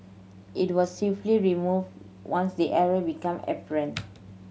it was swiftly removed once the error became apparent